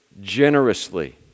generously